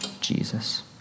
Jesus